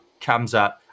Kamzat